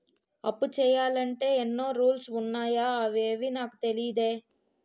అప్పు చెయ్యాలంటే ఎన్నో రూల్స్ ఉన్నాయా అవేవీ నాకు తెలీదే